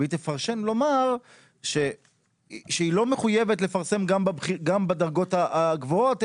ולומר שהיא לא מחויבת לפרסם גם בדרגות הגבוהות,